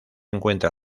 encuentra